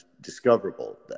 discoverable